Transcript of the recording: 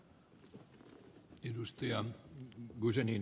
arvoisa herra puhemies